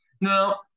Now